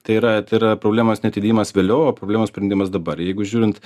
tai yra tai yra problemos neatidėjimas vėliau o problemos sprendimas dabar jeigu žiūrint